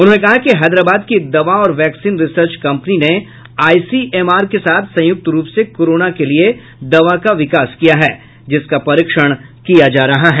उन्होंने कहा कि हैदराबाद की एक दवा और वैक्सीन रिसर्च कंपनी ने आईसीएमआर के साथ संयुक्त रूप से कोरोना के लिये दवा का विकास किया है जिसका परीक्षण किया जा रहा है